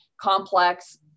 complex